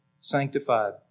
sanctified